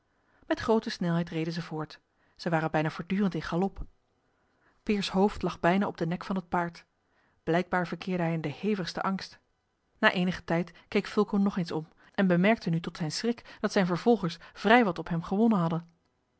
met groote snelheid reden zij voort zij waren bijna voortdurend in galop peers hoofd lag bijna op den nek van het paard blijkbaar verkeerde hij in den hevigsten angst na eenigen tijd keek fulco nog eens om en bemerkte nu tot zijn schrik dat zijne vervolgers vrij wat op hem gewonnen hadden